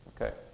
Okay